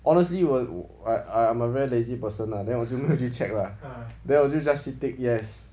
honestly 我 I I'm a very lazy person lah then 我就没有去 check lah then 我就 just tick yes